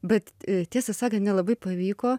bet tiesą sakant nelabai pavyko